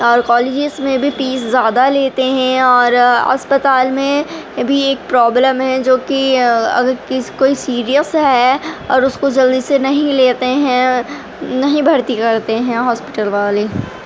اور کالجز میں بھی فیس زیادہ لیتے ہیں اور اسپتال میں بھی ایک پرابلم ہے جو کہ اگر کوئی سیرئیس ہے اور اس کو جلدی سے نہیں لیتے ہیں نہیں بھرتی کرتے ہیں ہاسپٹل والے